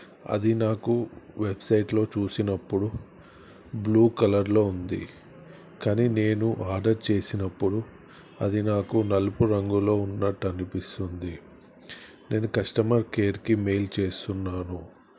అది నాకు వెబ్సైట్లో చూసినప్పుడు బ్లూ కలర్లో ఉంది కానీ నేను ఆర్డర్ చేసినప్పుడు అది నాకు నలుపు రంగులో ఉన్నట్టనిపిస్తుంది నేను కస్టమర్ కేర్కి మెయిల్ చేసున్నాను